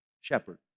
shepherd